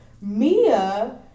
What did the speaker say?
Mia